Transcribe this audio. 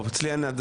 אצלי אין.